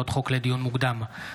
לדיון מוקדם,